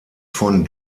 von